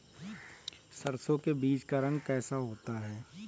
सरसों के बीज का रंग कैसा होता है?